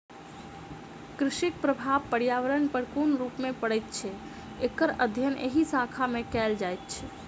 कृषिक प्रभाव पर्यावरण पर कोन रूप मे पड़ैत छै, एकर अध्ययन एहि शाखा मे कयल जाइत छै